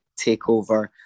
takeover